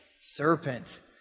Serpent